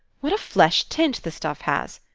what a flesh-tint the stuff has!